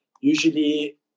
usually